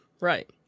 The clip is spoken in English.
Right